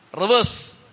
Reverse